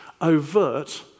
overt